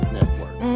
Network